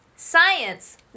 Science